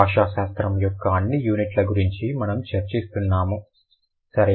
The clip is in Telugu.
భాషాశాస్త్రం యొక్క అన్ని యూనిట్ల గురించి మనము చర్చిస్తున్నాము సరేనా